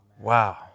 Wow